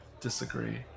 disagree